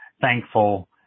Thankful